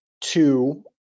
Two